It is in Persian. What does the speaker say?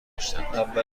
داشتند